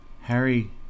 Harry